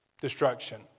destruction